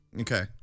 Okay